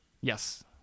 Yes